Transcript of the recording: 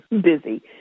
busy